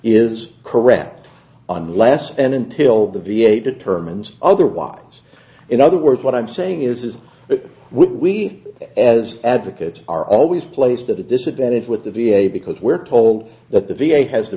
is correct on less and until the v a determines otherwise in other words what i'm saying is is that we as advocates are always placed at a disadvantage with the v a because we're told that the v a has the